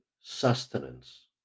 sustenance